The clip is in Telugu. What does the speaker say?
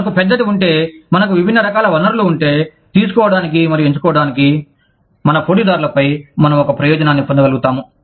మనకు పెద్దది ఉంటే మనకు విభిన్న రకాల వనరులు ఉంటే తీసుకోవడానికి మరియు ఎంచుకోవడానికి మన పోటీదారులపై మనము ఒక ప్రయోజనాన్ని పొందగలుగుతాము